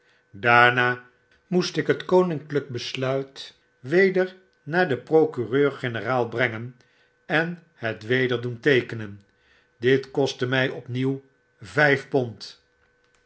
daarna moest ik het koninklyk besluit weder naar den procureur-generaal brengen en het weder doen teekenen dit kostte mij opnieuw vyf pond